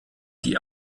die